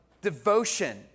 devotion